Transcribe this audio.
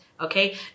Okay